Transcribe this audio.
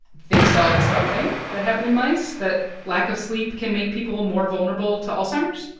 they saw the same thing that happened in mice that lack of sleep can make people more vulnerable to alzheimer's?